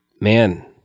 man